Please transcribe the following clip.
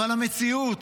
אבל המציאות